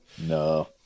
No